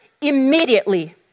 immediately